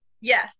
Yes